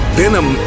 venom